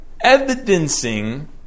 evidencing